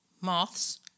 moths